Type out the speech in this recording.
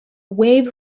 wave